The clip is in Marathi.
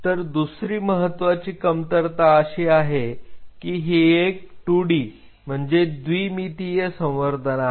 तर दुसरी महत्वाची कमतरता अशी आहे की हे एक 2D संवर्धन आहे